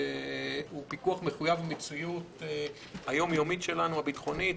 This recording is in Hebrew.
שהוא פיקוח מחויב המציאות היום יומית שלנו הביטחונית.